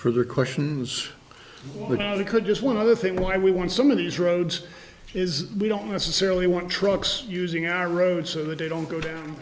for the questions without it could just one other thing why we want some of these roads is we don't necessarily want trucks using our roads so that they don't go down